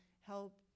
help